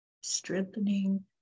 strengthening